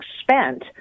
spent